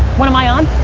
when am i on?